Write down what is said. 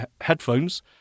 headphones